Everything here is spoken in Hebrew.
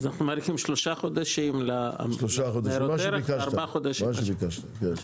שלושה חודשים וארבעה חודשים, מה שביקשתם.